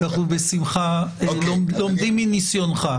אנחנו בשמחה לומדים מניסיונך.